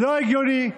לא הגיוני,